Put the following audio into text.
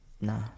nah